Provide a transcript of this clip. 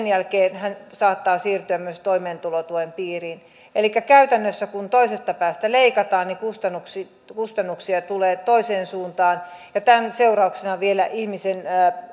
jälkeen hän saattaa siirtyä myös toimeentulotuen piiriin elikkä käytännössä kun toisesta päästä leikataan niin kustannuksia kustannuksia tulee toiseen suuntaan ja tämän seurauksena vielä